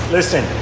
Listen